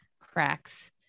cracks